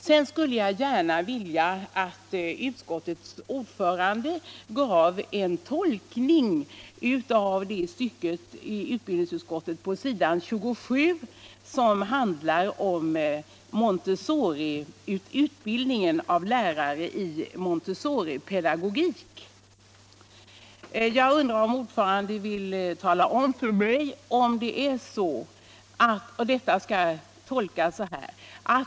Jag skulle gärna vilja att utskottets ordförande gav en tolkning av det stycke i utskottets skrivning på s. 27 som handlar om utbildningen av lärare i montessoripedagogik. Jag undrar om ordföranden vill tala om för mig om detta skall tolkas så här: LUT 74 kan inte nu ta upp frågan om att ge lärarutbildning i montessoripedagogik.